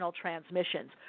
transmissions